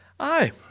Aye